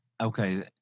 Okay